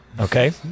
okay